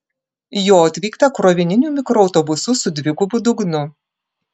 jo atvykta krovininiu mikroautobusu su dvigubu dugnu